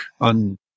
on